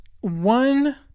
one –